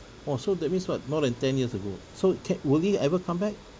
orh so that means what more than ten years ago so can will it ever come back